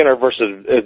versus